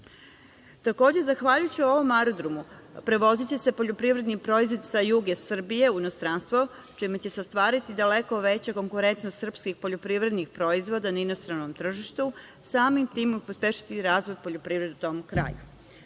Planina. Takođe, zahvaljujući ovom aerodromu prevoziće se poljoprivredni proizvodi sa juga Srbije u inostranstvo čime će se ostvariti daleko veća konkurentnost srpskih poljoprivrednih proizvoda na inostranom tržištu, samim tim pospešiti razvoj poljoprivrede u tom kraju. Ne